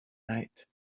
night